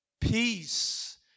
peace